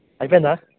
అయిపోయిందా